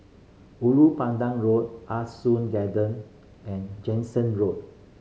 Ulu Pandan Road Ah Soon Garden and Jansen Road